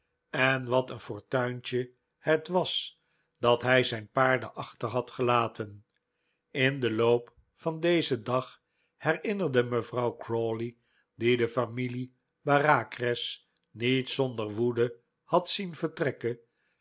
en wat een fortuintje het was dat hij zijn paarden achter had gelaten in den loop van dezen dag herinnerde mevrouw crawley die de familie bareacres niet zonder woede had zien vertrekken